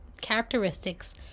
characteristics